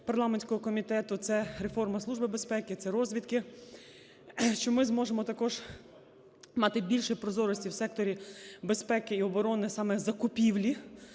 парламентського комітету; це реформа Служби безпеки, це розвідки. Що ми зможемо також мати більше прозорості в секторі безпеки і оборони, а саме закупівлі